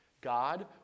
God